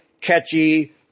catchy